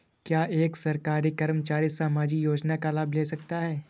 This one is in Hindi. क्या एक सरकारी कर्मचारी सामाजिक योजना का लाभ ले सकता है?